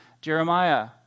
Jeremiah